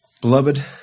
Beloved